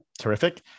terrific